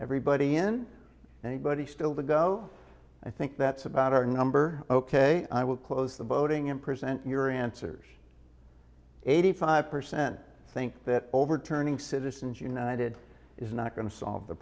everybody in anybody still to go i think that's about our number ok i will close the voting and present your answers eighty five percent think that overturning citizens united is not going to solve the